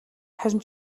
харин